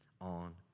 on